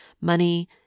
money